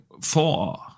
Four